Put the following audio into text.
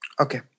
Okay